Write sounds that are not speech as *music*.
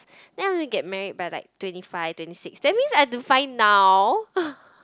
then I want to get married by like twenty five twenty six that means I have to find now *noise*